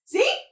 See